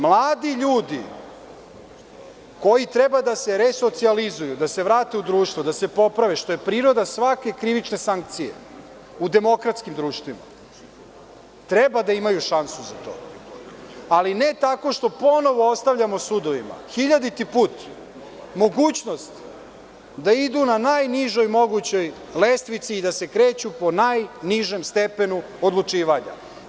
Mladi ljudi koji treba da se resocijalizuju, da se vrate u društvo, da se poprave, što je priroda svake krivične sankcije u demokratskim društvima, treba da imaju šansu za to, ali ne tako što ponovo ostavljamo sudovima, hiljaditi put, mogućnost da idu na najnižoj mogućoj lestvici i da se kreću po najnižem stepenu odlučivanja.